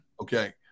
Okay